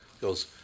goes